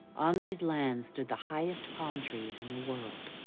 on these lands stood the highest palm trees in the world.